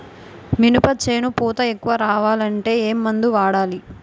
మినప చేను పూత ఎక్కువ రావాలి అంటే ఏమందు వాడాలి?